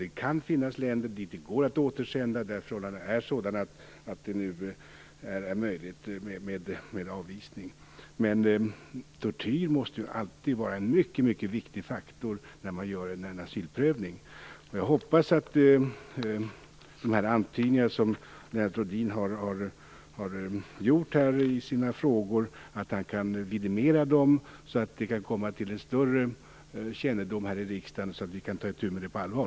Det kan finnas länder dit det går att återsända, där förhållandena är sådana att det nu är möjligt med avvisning. Men tortyr måste alltid vara en mycket viktig faktor när man gör en asylprövning. Jag hoppas att Lennart Rohdin kan vidimera de antydningar han har kommit med i sina frågor, så att det här kan komma till större kännedom här i riksdagen, så att vi kan ta itu med det på allvar.